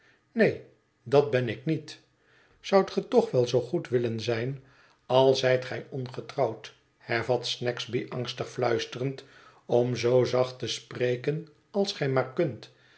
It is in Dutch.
neen dat ben ik niet zoudt ge toch wel zoo goed willen zijn al zijt gij ongetrouwd hervat snagsby angstig fluisterend om zoo zacht te spreken als gij maar kunt